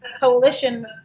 coalition